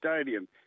Stadium